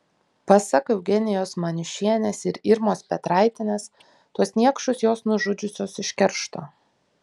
pasak eugenijos maniušienės ir irmos petraitienės tuos niekšus jos nužudžiusios iš keršto